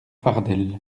fardel